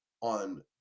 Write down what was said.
on